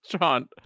John